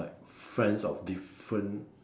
like friends of different